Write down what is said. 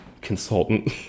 consultant